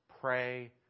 Pray